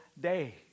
day